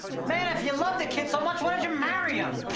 man, if you love the kid so much, why don't you marry him?